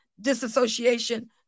disassociation